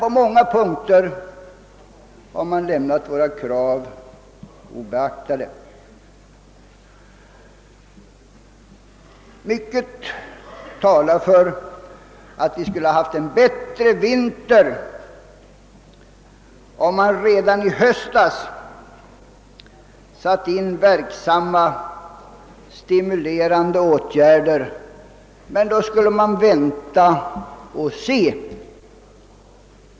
På många punkter har våra krav emellertid lämnats obeaktade. Mycket talar för att vintern skulle ha varit bättre ur sysselsättningssynpunkt, om man redan i höstas satt in verkligt stimulerande åtgärder. Men då skulle man vänta och se.